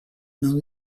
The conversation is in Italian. non